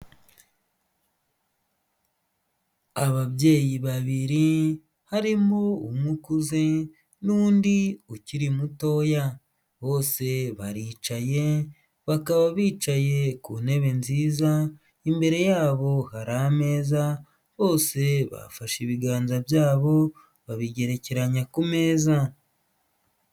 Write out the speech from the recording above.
Ababyeyi babiri harimo umwe umukuze nundi ukiri mutoya bose baricaye bakaba bicaye ku ntebe nziza imbere yabo hari ameza bose bafashe ibiganza byabo babigerekeranya ku meza.